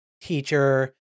teacher